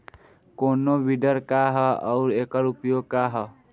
कोनो विडर का ह अउर एकर उपयोग का ह?